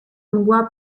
mgła